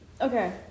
okay